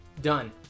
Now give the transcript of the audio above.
done